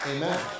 Amen